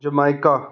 jamaica